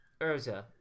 urza